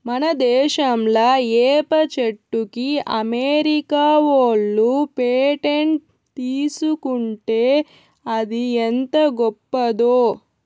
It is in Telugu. మన దేశంలా ఏప చెట్టుకి అమెరికా ఓళ్ళు పేటెంట్ తీసుకుంటే అది ఎంత గొప్పదో